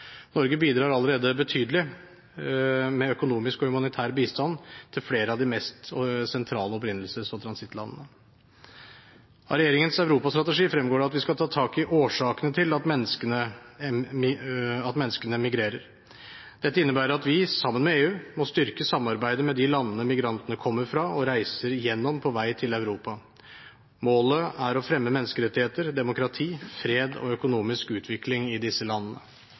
Norge bidrar allerede betydelig med økonomisk og humanitær bistand til flere av de mest sentrale opprinnelses- og transittlandene. Av regjeringens europastrategi fremgår det at vi skal ta tak i årsakene til at menneskene migrerer. Dette innebærer at vi, sammen med EU, må styrke samarbeidet med de landene migrantene kommer fra og reiser gjennom på vei til Europa. Målet er å fremme menneskerettigheter, demokrati, fred og økonomisk utvikling i disse landene.